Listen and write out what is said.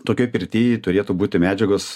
tokioj pirty turėtų būti medžiagos